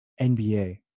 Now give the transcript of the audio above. NBA